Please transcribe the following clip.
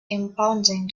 impounding